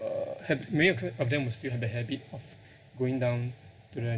uh have many of of them will still have the habit of going down to the